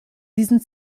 diesen